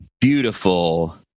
beautiful